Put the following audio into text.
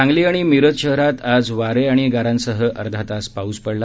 सांगली आणि मिरज शहरात आज वारे आणि गारांसह अर्धा तास पाऊस पडला